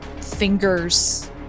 fingers